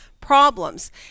problems